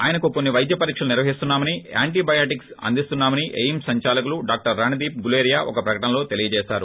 ఆయనకు కొన్ని వైద్య పరీక్షలు నిర్వహిస్తున్నామని యాంటీబయోటిక్స్ అందిస్తున్నామని ఎయిమ్స్ సందాలకులు డాక్టర్ రణ్దీప్ గులేరియా ఒక ప్రకటనలో తెలియజేశారు